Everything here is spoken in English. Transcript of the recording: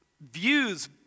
views